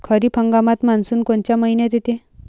खरीप हंगामात मान्सून कोनच्या मइन्यात येते?